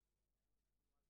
כתובת?